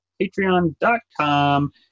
patreon.com